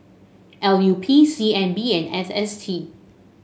L U P C N B and S S T